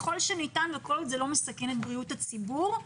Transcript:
ככל שזה לא מסכן את בריאות הציבור,